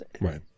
Right